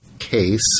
case